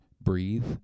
breathe